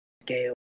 scale